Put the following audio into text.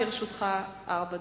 לרשותך ארבע דקות.